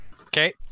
Okay